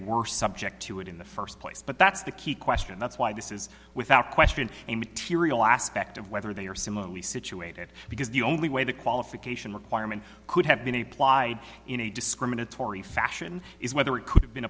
were subject to it in the first place but that's the key question and that's why this is without question a material aspect of whether they are similarly situated because the only way the qualification requirement could have been applied in a discriminatory fashion is whether it could have been